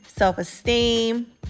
self-esteem